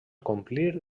complir